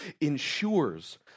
ensures